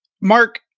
Mark